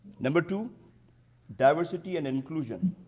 number two diversity and inclusion,